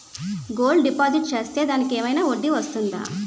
Gold deposit చేస్తే దానికి ఏమైనా వడ్డీ వస్తుందా?